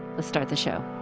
let's start the show